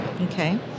Okay